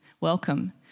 welcome